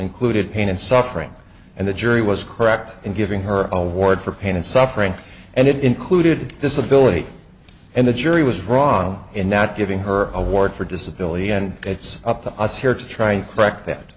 included pain and suffering and the jury was correct in giving her award for pain and suffering and it included disability and the jury was wrong in not giving her award for disability and it's up to us here to try and correct that